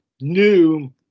new